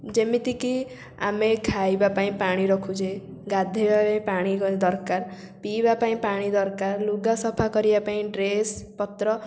ଯେମିତିକି ଆମେ ଖାଇବା ପାଇଁ ପାଣି ରଖୁଛେ ଗାଧେଇବା ପାଇଁ ପାଣି ଦରକାର ପିଇବା ପାଇଁ ପାଣି ଦରକାର ଲୁଗା ସଫା କରିବା ପାଇଁ ଡ୍ରେସ୍ପତ୍ର